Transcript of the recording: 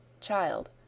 CHILD